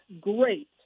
great